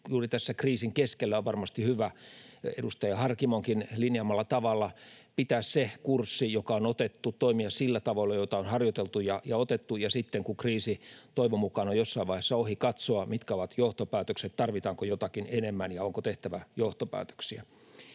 juuri tässä kriisin keskellä on varmasti hyvä — edustaja Harkimonkin linjaamalla tavalla — pitää se kurssi, joka on otettu, ja toimia sillä tavalla, jota on harjoiteltu, ja sitten kun kriisi toivon mukaan on jossain vaiheessa ohi, katsoa, mitkä ovat johtopäätökset, tarvitaanko jotakin enemmän ja onko tehtävä johtopäätöksiä.